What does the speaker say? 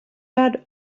had